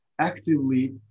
actively